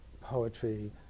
poetry